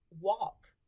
walk